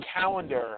calendar